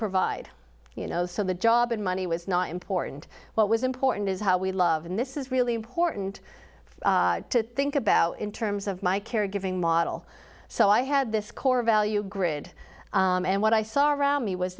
provide you know so the job and money was not important what was important is how we love and this is really important to think about in terms of my caregiving model so i had this core value grid and what i saw around me was